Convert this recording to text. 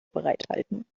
bereithalten